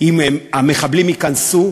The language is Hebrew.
אם המחבלים ייכנסו,